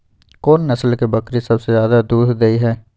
कोन नस्ल के बकरी सबसे ज्यादा दूध दय हय?